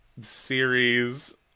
series